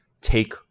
take